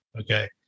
Okay